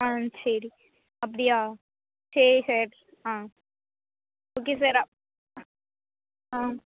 ஆ சரி அப்படியா சரி சார் ஆ ஓகே சார் ஆ